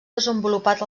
desenvolupat